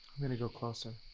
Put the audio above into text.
i'm gonna go closer.